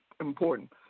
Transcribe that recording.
important